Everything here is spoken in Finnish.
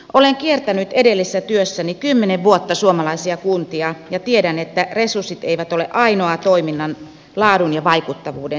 olen kiertänyt edellisessä työssäni kymmenen vuotta suomalaisia kuntia ja tiedän että resurssit eivät ole ainoa toiminnan laadun ja vaikuttavuuden selittäjä